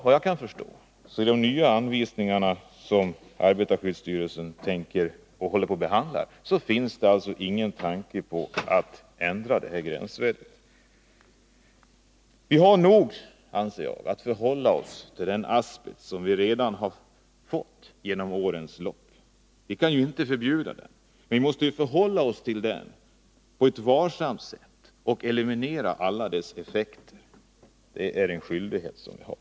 Såvitt jag förstår finns det i de nya anvisningarna, som arbetarskyddsstyrelsen håller på att behandla, ingen tanke på att ändra det här gränsvärdet. Vi har nog, anser jag, i dag att förhålla oss på ett riktigt sätt till den asbest som vi har fått i vårt land under årens lopp. Vi kan inte förbjuda den, utan vi måste förhålla oss till den på ett varsamt sätt och eliminera alla dess effekter. Det är en skyldighet som vi har.